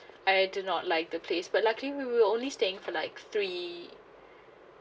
I do not like the place but luckily we were only staying for like three